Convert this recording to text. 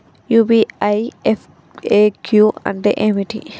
UPI FAQ అంటే ఏమిటి?